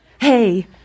hey